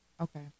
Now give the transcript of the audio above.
Okay